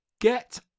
Get